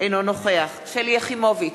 אינו נוכח שלי יחימוביץ,